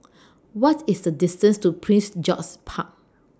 What IS The distance to Prince George's Park